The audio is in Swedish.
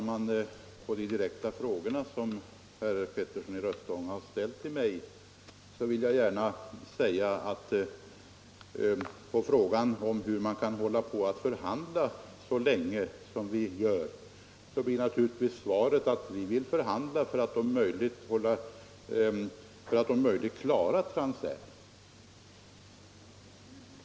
Herr talman! Herr Petersson i Röstånga ställde den direkta frågan till mig, hur man kan hålla på och förhandla så länge som vi gör. Svaret är naturligtvis att vi vill förhandla för att om möjligt klara Transair.